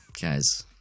Guys